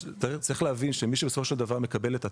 צריך להבין שמי שבסופו של דבר מקבל את התו,